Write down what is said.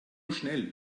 schnell